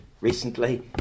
recently